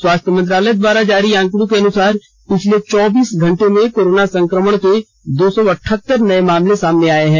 स्वास्थ्य मंत्रालय द्वारा जारी आंकड़ों के अनुसार पिछले चौबीस घंटे में कोरोना संक्रमण के दो सौ अठहतर नए मामले सामने आए हैं